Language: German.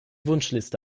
wunschliste